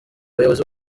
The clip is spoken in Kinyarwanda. bayobozi